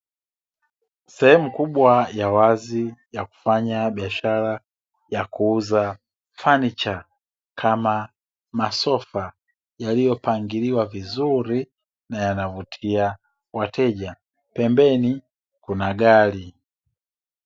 Sehemu kubwa ya wazi ya kufanya biashara ya kuuza fanicha kama masofa, yaliyopangiliwa vizuri na yanavutia wateja. Pembeni kuna gari.